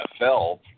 NFL